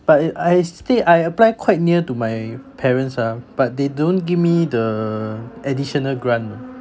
but it I stay I apply quite near to my parents ah but they don't give me the additional grant though